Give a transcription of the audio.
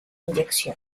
inyección